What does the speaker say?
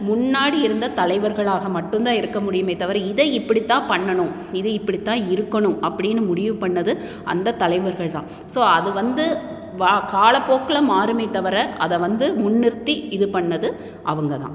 முன்னாடி இருந்த தலைவர்களாக மட்டும்தான் இருக்க முடியுமே தவிர இதை இப்படி தான் பண்ணணும் இது இப்படி தான் இருக்கணும் அப்படின்னு முடிவு பண்ணிணது அந்த தலைவர்கள் தான் ஸோ அது வந்து வா காலப்போக்கில் மாறுமே தவிர அதை வந்து முன்னிறுத்தி இது பண்ணிணது அவங்க தான்